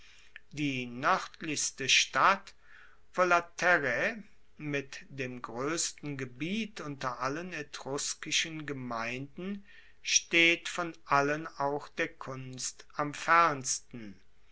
die noerdlichste stadt volaterrae mit dem groessten gebiet unter allen etruskischen gemeinden steht von allen auch der kunst am fernsten